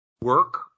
work –